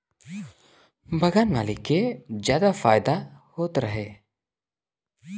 बगान मालिक के जादा फायदा होत रहे